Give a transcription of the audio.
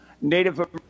Native